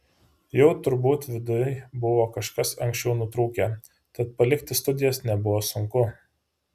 jau turbūt viduj buvo kažkas anksčiau nutrūkę tad palikti studijas nebuvo sunku